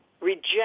reject